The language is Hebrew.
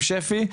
עם שפ"י.